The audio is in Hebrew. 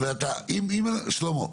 שלמה,